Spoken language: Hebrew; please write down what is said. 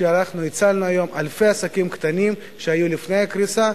אנחנו הצלנו היום אלפי עסקים קטנים שהיו לפני קריסה,